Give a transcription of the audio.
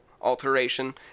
alteration